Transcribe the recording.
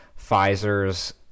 Pfizer's